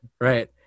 Right